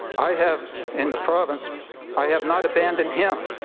i have in the province i have not abandoned him.